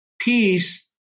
peace